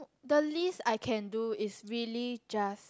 the least I can do is really just